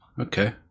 Okay